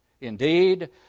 Indeed